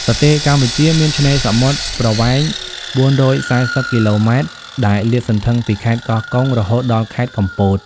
ប្រទេសកម្ពុជាមានឆ្នេរសមុទ្រប្រវែង ៤៤០ គ.ម ដែល លាតសន្ធឹងពីខេត្តកោះកុង រហូតដល់ខេត្តកំពត។